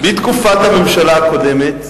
בתקופת הממשלה הקודמת